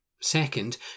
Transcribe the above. Second